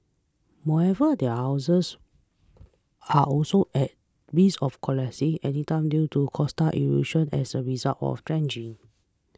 more ever their houses are also at risk of collapsing anytime due to coastal erosion as a result of dredging